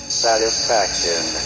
satisfaction